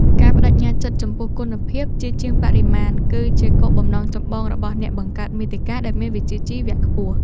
ការប្តេជ្ញាចិត្តចំពោះគុណភាពជាជាងបរិមាណ គឺជាគោលបំណងចម្បងរបស់អ្នកបង្កើតមាតិកាដែលមានវិជ្ជាជីវៈខ្ពស់។